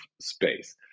space